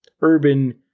urban